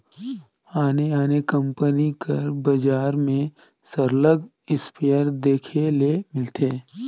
आने आने कंपनी कर बजार में सरलग इस्पेयर देखे ले मिलथे